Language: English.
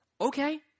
Okay